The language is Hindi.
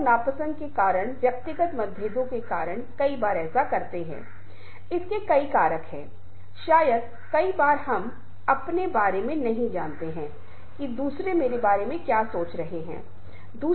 हमने समूह की गतिशीलता के बारे में बात की समूह के विभिन्न घटक कैसे व्यवहार करते हैं हमारे सामाजिक और अभियोग व्यवहार कैसे हैं